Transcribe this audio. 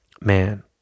man